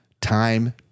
Time